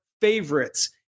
favorites